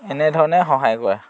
এনেধৰণে সহায় কৰে